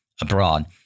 abroad